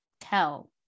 tell